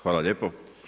Hvala lijepo.